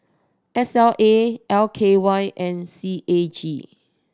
S L A L K Y and C A G